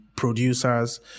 producers